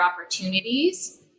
opportunities